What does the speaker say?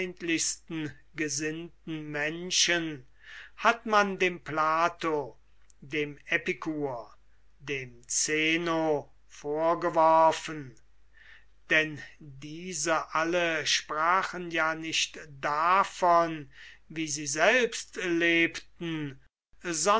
gesinnten menschen hat man dem plato dem epikur dem zeno vorgeworfen denn diese alle sprachen ja nicht davon wie sie selbst lebten